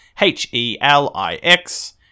H-E-L-I-X